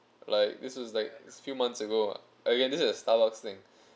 like this is like a few months ago okay this is a starbucks thing